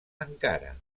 encara